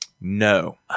No